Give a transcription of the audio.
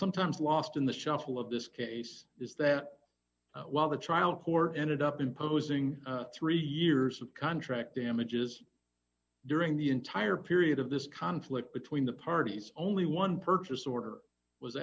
sometimes lost in the shuffle of this case is that while the trial court ended up imposing three years of contract damages during the entire period of this conflict between the parties only one purchase order was